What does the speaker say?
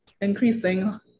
increasing